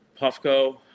Puffco